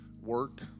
work